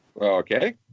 Okay